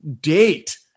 date